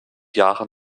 jahre